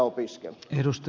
arvoisa puhemies